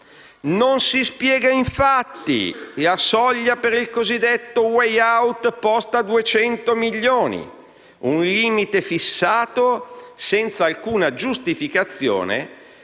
Non si spiega, infatti, la soglia per il cosiddetto *way out* posta a 200 milioni di euro, un limite fissato senza alcuna giustificazione,